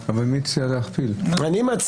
אני,